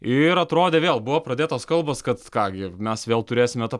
ir atrodė vėl buvo pradėtos kalbos kad ką gi mes vėl turėsime tą